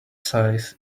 size